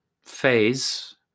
phase